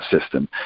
system